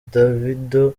davido